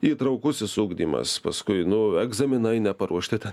įtraukusis ugdymas paskui nu egzaminai neparuošti ten